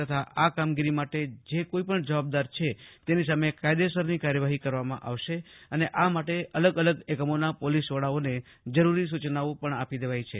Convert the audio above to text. તથા આ કામગીરી માટે જે કોઈપણ જવાબદાર છે તેની સામે કાયદેસરકની કાર્યવાહી કરવામાં આવશે અને આ માટે અલગ અલગ એકમોના પોલીસવડાઓને જરૂરી સૂચનાઓ પજ્ઞ આપી દેવાઇ છે